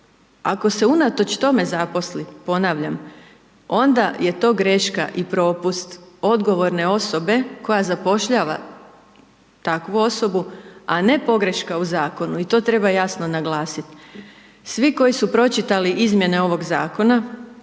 Ako se unatoč tome zaposli, ponavljam, onda je to greška i propust odgovorne osobe koja zapošljava takvu osobu, a ne pogreška u Zakonu i to treba jasno naglasiti. Svi koji su pročitali izmjene ovoga Zakona